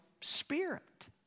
Spirit